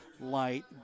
light